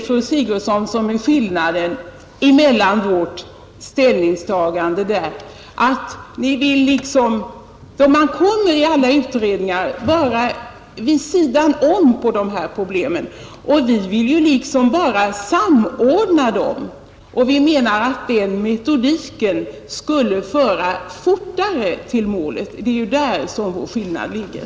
Men skillnaden, fru Sigurdsen, mellan våra ställningstaganden är ju att ni är nöjda med utredningarna, Vi vill samordna dem. Vi menar att den metodiken skulle föra fortare till målet. Det är där skillnaden ligger.